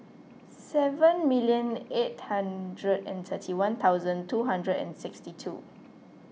seven million eight hundred and thirty one thousand two hundred and sixty two